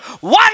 One